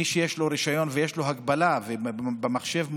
מי שיש לו רישיון ויש לו הגבלה ומופיע במכשיר,